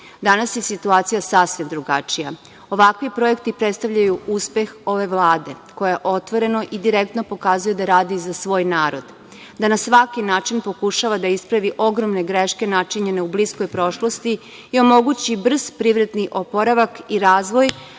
danas je situacija sasvim drugačija. Ovakvi projekti predstavljaju uspeh ove Vlade, koja otvoreno i direktno pokazuje da radi za svoj narod, da na svaki način pokušava da ispravi ogromne greške načinjene u bliskoj prošlosti i omogući brz privredni oporavak i razvoj,